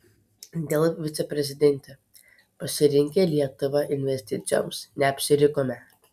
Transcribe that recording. dell viceprezidentė pasirinkę lietuvą investicijoms neapsirikome